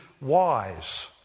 wise